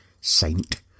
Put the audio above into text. Saint